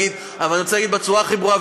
אבל אני רוצה להגיד בצורה הכי ברורה,